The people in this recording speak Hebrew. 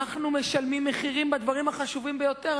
אנחנו משלמים מחירים בדברים החשובים ביותר.